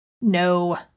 No